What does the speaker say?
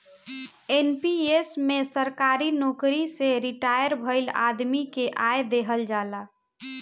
NPS में सरकारी नोकरी से रिटायर भईल आदमी के आय देहल जाला